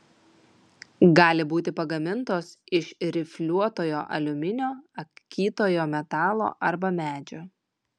gali būti pagamintos iš rifliuotojo aliuminio akytojo metalo arba medžio